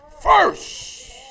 first